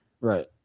Right